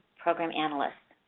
program analysts.